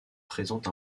présente